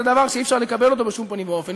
זה דבר שאי-אפשר לקבל אותו בשום פנים ואופן.